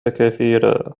كثيرًا